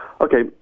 Okay